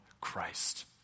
Christ